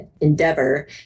endeavor